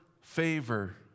favor